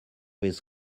his